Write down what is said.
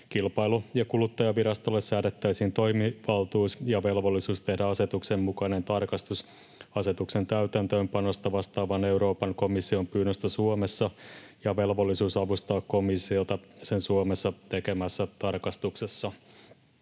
Kilpailu- ja kuluttajavirastolle säädettäisiin toimivaltuus ja velvollisuus tehdä asetuksen mukainen tarkastus asetuksen täytäntöönpanosta vastaavan Euroopan komission pyynnöstä Suomessa ja velvollisuus avustaa komissiota sen Suomessa tekemässä tarkastuksessa.